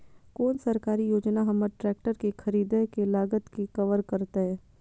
कोन सरकारी योजना हमर ट्रेकटर के खरीदय के लागत के कवर करतय?